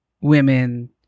women